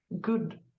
good